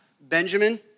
Benjamin